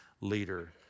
leader